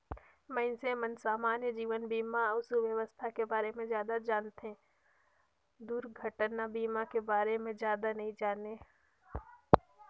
मइनसे मन समान्य जीवन बीमा अउ सुवास्थ के बारे मे जादा जानथें, दुरघटना बीमा के बारे मे जादा नी जानें